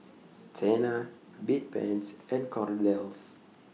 Tena Bedpans and Kordel's